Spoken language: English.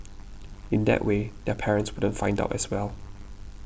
in that way their parents wouldn't find out as well